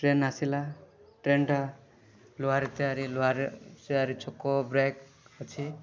train ଆସିଲା ଟ୍ରେନ୍ଟା ଲୁହାରେ ତିଆରି ଲୁହାରେ ସିଆରି ଛକ ବ୍ରେକ୍ ଅଛି